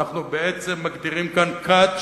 אנחנו בעצם מגדירים כאן כת,